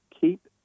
keep